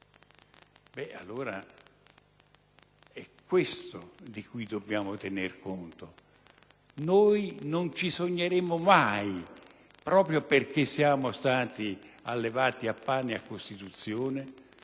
Englaro. È questo di cui dobbiamo tenere conto. Non ci sogneremmo mai, proprio perché siamo stati allevati a pane e Costituzione,